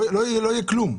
לא יהיה כלום.